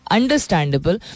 understandable